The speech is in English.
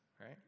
right